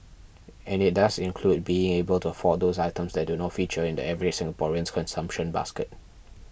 and it does include being able to afford those items that do not feature in the average Singaporean's consumption basket